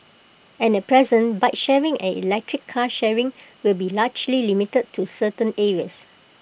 and at present bike sharing and electric car sharing with be largely limited to certain areas